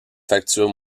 facture